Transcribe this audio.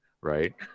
right